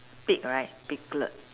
pig right piglet